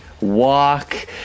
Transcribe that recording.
walk